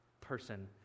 person